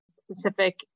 specific